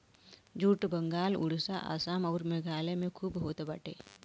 jute Bengal Orissa Assam अउर मेघालय में खूब होत बाटे